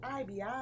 IBI